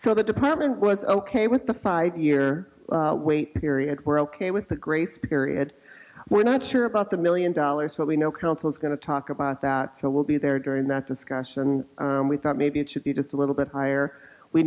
so the department was ok with the five year wait period we're ok with the grace period we're not sure about the million dollars but we know council is going to talk about that so we'll be there during that discussion and we thought maybe it should be just a little bit higher we